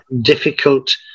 difficult